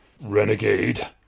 Renegade